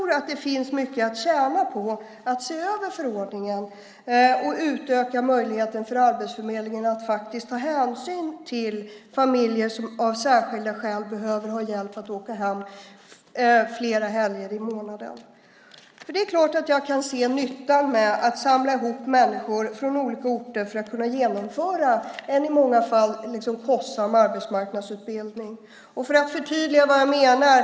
Det finns mycket att tjäna på att se över förordningen och utöka möjligheten för Arbetsförmedlingen att ta hänsyn till familjer där föräldrar av särskilda skäl behöver ha hjälp att åka hem flera helger i månaden. Det är klart att jag kan se nyttan med att samla ihop människor från olika orter för att kunna genomföra en i många fall kostsam arbetsmarknadsutbildning. Jag kan förtydliga vad jag menar.